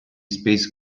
space